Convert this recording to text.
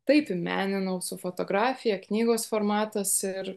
taip įmeninau su fotografija knygos formatas ir